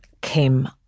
came